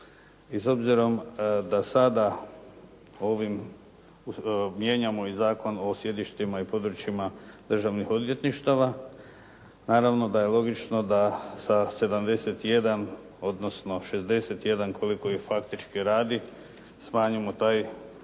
i s obzirom da sada ovim mijenjamo i Zakon o sjedištima i područjima državnih odvjetništava naravno da je logično da sa 71 odnosno 61 koliko ih faktički radi smanjimo taj